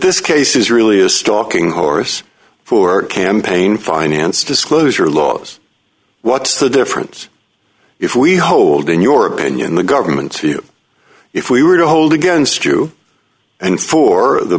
this case is really a stalking horse for campaign finance disclosure laws what's the difference if we hold in your opinion the government if we were to hold against you and for the